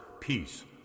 peace